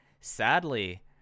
sadly